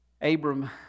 Abram